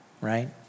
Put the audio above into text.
right